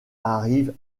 arrive